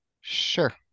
Sure